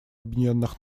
объединенных